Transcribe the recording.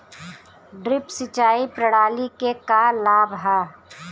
Drip सिंचाई प्रणाली के का लाभ ह?